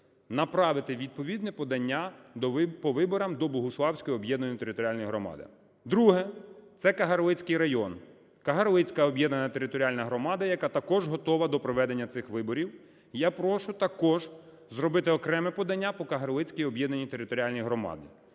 направити відповідне подання по виборам до Богуславської об'єднаної територіальної громади. Друге. Це Кагарлицький район, Кагарлицька об'єднана територіальна громада, яка також готова до проведення цих виборів. Я прошу також зробити окреме подання по Кагарлицькій об'єднаній територіальній громаді.